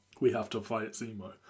we-have-to-fight-Zemo